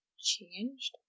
changed